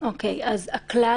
מכוח צו בידוד בית או מכוח צו